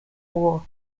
war